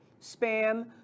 spam